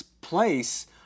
place